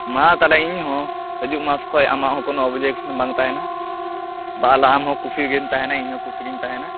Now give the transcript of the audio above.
ᱢᱟ ᱛᱟᱦᱚᱞᱮ ᱤᱧ ᱦᱚᱸ ᱦᱟᱹᱡᱩᱜ ᱢᱟᱥ ᱠᱷᱚᱡ ᱟᱢᱟᱜ ᱦᱚᱸ ᱠᱳᱱᱳ ᱚᱵᱡᱮᱠᱥᱮᱱ ᱵᱟᱝ ᱛᱟᱦᱮᱱᱟ ᱛᱟᱦᱚᱞᱮ ᱟᱢ ᱦᱚᱸ ᱠᱩᱥᱤ ᱜᱮᱢ ᱛᱟᱦᱮᱱᱟ ᱤᱧ ᱦᱚᱸ ᱠᱩᱥᱤ ᱜᱮᱧ ᱛᱟᱦᱮᱱᱟ